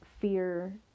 fear